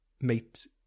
meet